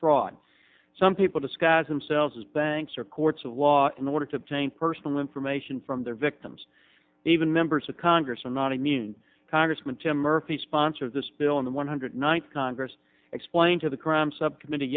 fraud some people disguise themselves as banks or courts of law in order to obtain personal information from their victims even members of congress or not i mean congressman tim murphy sponsor of this bill in the one hundred ninth congress explained to the crime subcommitte